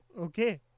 okay